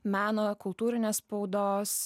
meno kultūrinės spaudos